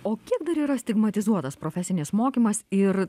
o kiek dar yra stigmatizuotas profesinis mokymas ir